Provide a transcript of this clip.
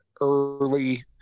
early